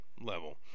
level